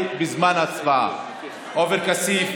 עופר כסיף,